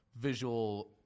visual